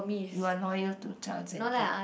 you are loyal to Charles and Keith